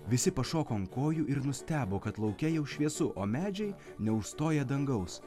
visi pašoko ant kojų ir nustebo kad lauke jau šviesu o medžiai neužstoja dangaus